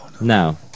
No